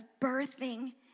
birthing